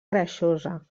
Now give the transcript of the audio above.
greixosa